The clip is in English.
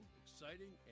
exciting